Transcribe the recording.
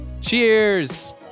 cheers